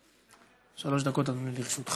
שלוש דקות, אדוני, לרשותך.